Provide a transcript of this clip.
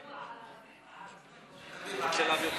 האם ידוע,